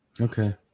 Okay